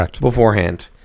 Beforehand